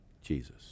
Jesus